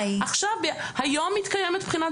היום מתקיימת בחינת